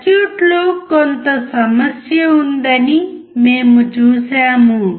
సర్క్యూట్లో కొంత సమస్య ఉందని మేము చూశాము